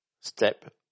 step